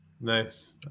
Nice